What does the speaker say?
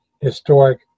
historic